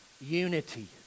unity